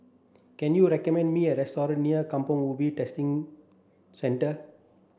can you recommend me a restaurant near Kampong Ubi Test Centre